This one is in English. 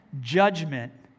judgment